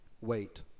wait